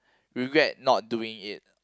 regret not doing it